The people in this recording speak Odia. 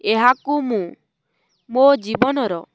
ଏହାକୁ ମୁଁ ମୋ ଜୀବନର